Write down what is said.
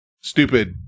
stupid